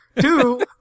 Two